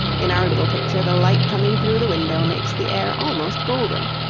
in our little picture the light coming through the window makes the air almost golden.